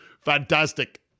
fantastic